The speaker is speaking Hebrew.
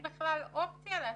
אנחנו לא בקריסה,